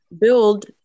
build